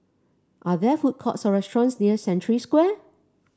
are there food courts or restaurants near Century Square